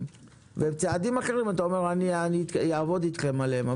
ועם צעדים אחרים אתה אומר אני אעבוד איתכם עליהם,